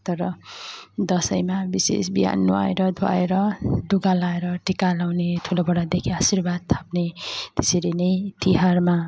तर दसैँमा विशेष बिहान नुहाएर धुवाएर लुगा लगाएर टिका लगाउने ठुलो बडादेखि आशीर्वाद थाप्ने त्यसरी नै तिहारमा